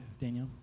Daniel